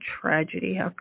tragedy